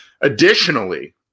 Additionally